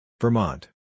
Vermont